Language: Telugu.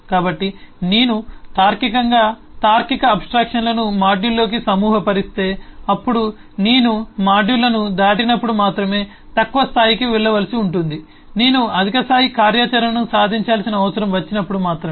కాబట్టి నేను తార్కికంగా తార్కిక అబ్ స్ట్రాక్షన్లను మాడ్యూల్లోకి సమూహపరిస్తే అప్పుడు నేను మాడ్యూళ్ళను దాటినప్పుడు మాత్రమే తక్కువ స్థాయికి వెళ్ళవలసి ఉంటుంది నేను అధిక స్థాయి కార్యాచరణను సాధించాల్సిన అవసరం వచ్చినప్పుడు మాత్రమే